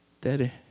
Daddy